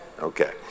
Okay